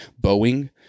Boeing